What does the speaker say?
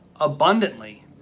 abundantly